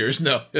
No